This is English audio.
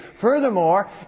Furthermore